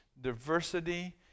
diversity